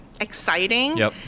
exciting